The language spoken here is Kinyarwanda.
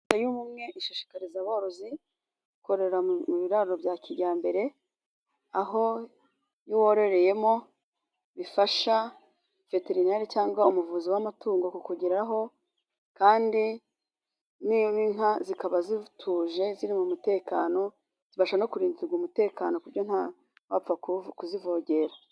Leta y'ubumwe ishishikariza aborozi kororera mu biraro bya kijyambere, aho iyo wororeyemo bifasha Veterineri cyangwa umuvuzi w'amatungo kukugeraho, kandi inka zikaba zituje ziri mu mutekano zibasha no kurindirwa umutekano, ku buryo ntawapfa kuzivogera.